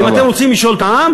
כי אם אתם רוצים לשאול את העם,